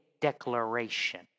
declaration